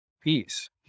Peace